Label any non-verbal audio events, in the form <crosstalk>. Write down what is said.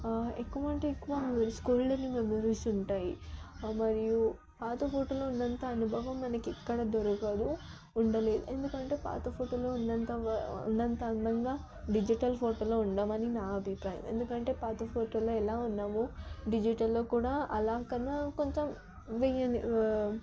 ఎక్కువ అంటే ఎక్కువ స్కూల్లోని మెమరీస్ ఉంటాయి మరియు పాత ఫోటోలో ఉన్నంత అనుభవం మనకి ఎక్కడ దొరకదు ఉండలేదు ఎందుకంటే పాత ఫోటోలో ఉన్నంత వా ఉన్నంత అందంగా డిజిటల్ ఫోటోలో ఉండమని నా అభిప్రాయం ఎందుకంటే పాత ఫోటోలో ఎలా ఉన్నాము డిజిటల్లో కూడా అలా కన్నా కొంచెం <unintelligible> వ